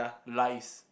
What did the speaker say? lies